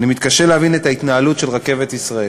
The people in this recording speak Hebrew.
אני מתקשה להבין את ההתנהלות של רכבת ישראל.